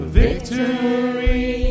victory